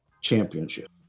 Championship